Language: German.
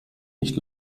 nicht